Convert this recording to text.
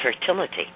fertility